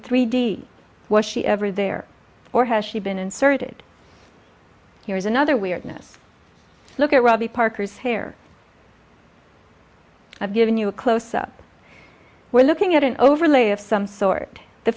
three d was she ever there or has she been inserted here is another weirdness look at robbie parker's hair i've given you a close up we're looking at an overlay of some sort th